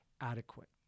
adequate